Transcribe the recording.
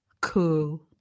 Cool